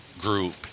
group